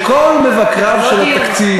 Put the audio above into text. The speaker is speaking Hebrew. שכל מבקריו של התקציב,